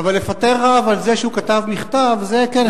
אבל לפטר רב על זה שהוא כתב מכתב, זה כן אפשר.